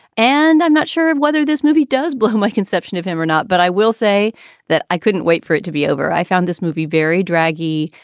and i'm not sure whether this movie does boo-hoo my conception of him or not, but i will say that i couldn't wait for it to be over. i found this movie very draggy,